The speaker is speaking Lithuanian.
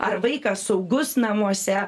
ar vaikas saugus namuose